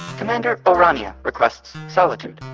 commander o'rania requests solitude.